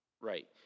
Right